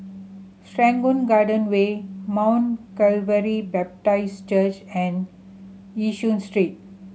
Serangoon Garden Way Mount Calvary Baptist Church and Yishun Street